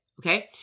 Okay